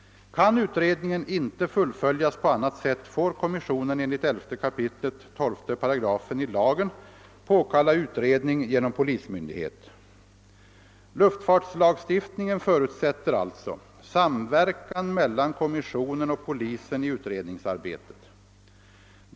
Kan utredningen inte fullföljas på annat sätt, får kommissionen enligt 11 kap. 12 8 i lagen påkalla utredning genom polismyndighet. Luftfartslagstiftningen förutsätter alltså medverkan mellan kommissionen och polisen i utredningsarbetet.